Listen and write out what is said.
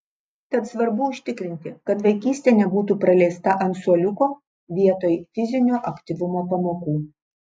tad svarbu užtikrinti kad vaikystė nebūtų praleista ant suoliuko vietoj fizinio aktyvumo pamokų